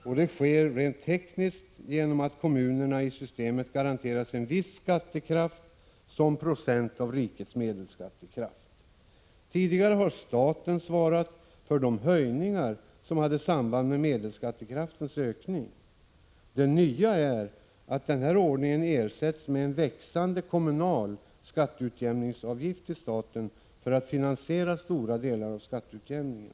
Rent tekniskt sker det genom att kommunerna i systemet garanteras en viss skattekraft i procent av rikets medelskattekraft. Tidigare har staten svarat för de höjningar som hade samband med ökningen av medelskattekraften. Det nya är att denna ordning ersätts med en växande kommunal skatteutjämningsavgift till staten för att finansiera stora delar av skatteutjämningen.